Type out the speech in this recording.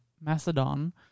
Macedon